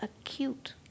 acute